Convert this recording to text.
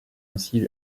ainsi